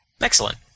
Excellent